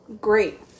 great